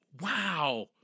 wow